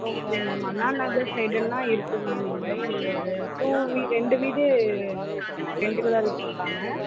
okay ma'am Anna Nagar சைடுன்னா இருக்கு ma'am இங்கே இங்கே ஒரு டூ வீ ரெண்டு வீடு ரெண்ட்டுக்கு தான் விட்டுருக்காங்க